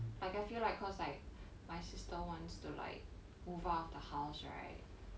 but got feel like cause like my sister wants to like move out of the house right